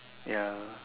ya